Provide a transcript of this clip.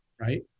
right